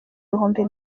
ibihumbi